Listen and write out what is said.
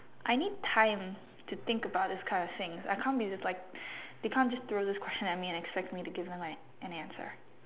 I need time to think about this kind of things I can't be just like you can't just throw this question at me and expect me to give you like an answer